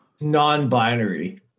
Non-binary